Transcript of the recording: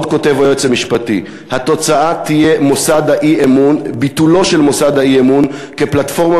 עוד כותב היועץ המשפטי: התוצאה תהיה ביטולו של מוסד האי-אמון כפלטפורמה